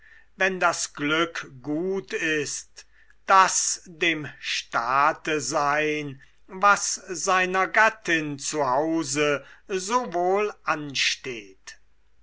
wenn das glück gut ist das dem staate sein was seiner gattin zu hause so wohl ansteht